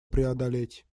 преодолеть